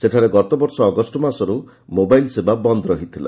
ସେଠାରେ ଗତବର୍ଷ ଅଗଷ୍ଟମାସଠାରୁ ମୋବାଇଲ୍ ସେବା ବନ୍ଦ୍ ରହିଥିଲା